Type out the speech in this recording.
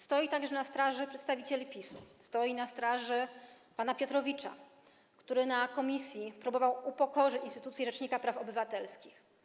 Stoi także na straży przedstawicieli PiS-u, stoi na straży pana Piotrowicza, który w komisji próbował upokorzyć instytucję rzecznika praw obywatelskich.